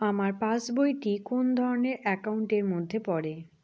আমার পাশ বই টি কোন ধরণের একাউন্ট এর মধ্যে পড়ে?